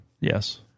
Yes